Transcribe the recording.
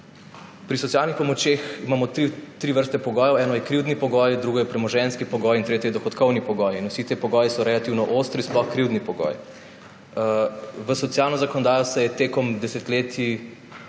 Pri socialnih pomočeh imamo tri vrste pogojev. Eno je krivdni pogoj, drugo je premoženjski pogoj in tretji je dohodkovni pogoj. Vsi ti pogoji so relativno ostri, sploh krivdni pogoj. V socialno zakonodajo se je tekom desetletij